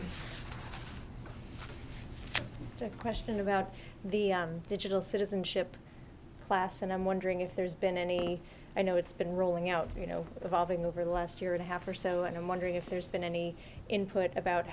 to a question about the digital citizenship class and i'm wondering if there's been any i know it's been rolling out you know evolving over the last year and a half or so and i'm wondering if there's been any input about